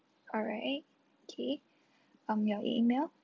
alright okay um your email